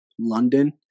London